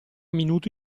minuto